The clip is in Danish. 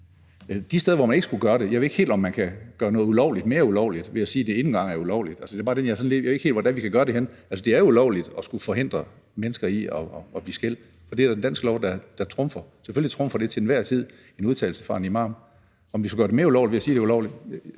de steder, hvor man ikke skulle gøre det, ved jeg ikke helt, om man kan gøre noget ulovligt mere ulovligt ved at sige, at det er ulovligt. Det er bare det, at jeg ikke helt ved, hvor vi skal gøre det henne. Altså, det er jo ulovligt at forhindre mennesker i at blive skilt, for det er der en dansk lov der trumfer. Selvfølgelig trumfer det til enhver tid en udtalelse fra en imam. Skulle vi gøre det mere ulovligt ved at sige, at det er ulovligt?